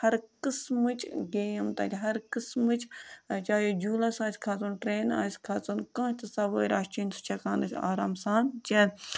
ہَر قٕسمٕچ گیم تَتہِ ہر قٕسمٕچ چاہے جوٗلَس آسہِ کھسُن ٹرٛینہِ آسہِ کھسُن کانٛہہ تہِ سَوٲرۍ آسہِ چیٚنۍ سُہ چھِ ہٮ۪کان أسۍ آرام سان چٮ۪تھ